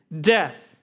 death